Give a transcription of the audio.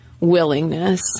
willingness